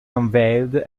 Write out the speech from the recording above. unveiled